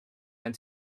and